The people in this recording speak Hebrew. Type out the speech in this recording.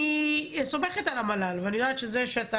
אני סומכת על המל"ל ואני יודעת שזה שאתה